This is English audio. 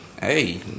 hey